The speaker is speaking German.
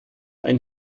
ein